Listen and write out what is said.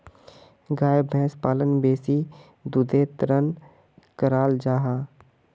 गाय भैंस पालन बेसी दुधेर तंर कराल जाहा